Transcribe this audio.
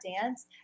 dance